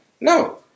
No